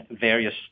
various